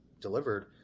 delivered